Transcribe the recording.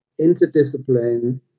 interdiscipline